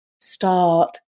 start